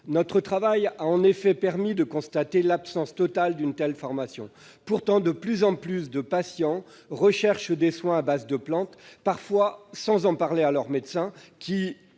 Notre travail a en effet permis de constater l'absence totale d'une telle formation aujourd'hui. Pourtant, de plus en plus de patients recherchent des soins à base de plantes, parfois sans en parler à leur médecin,